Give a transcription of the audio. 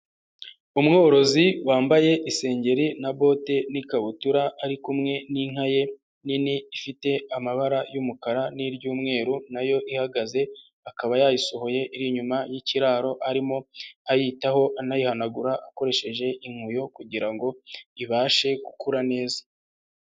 Umworozi wambaye isengeri na bote n'ikabutura, ari kumwe n'inka ye nini ifite amabara y'umukara n'iry'umweru, nayo ihagaze, akaba yayisohoye iri inyuma y'ikiraro, arimo ayitaho anayihanagura akoresheje inkuyo kugira ngo ibashe gukura neza.